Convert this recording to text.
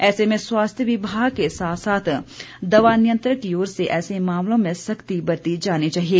ऐसे में स्वास्थ्य विभाग के साथ साथ दवा नियंत्रक की ओर से ऐसे मामलों में सख्ती बरती जानी चाहिए